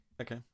okay